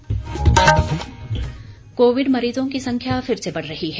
Covid संदेश COVID मरीजों की संख्या फिर से बढ़ रही है